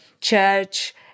church